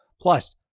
Plus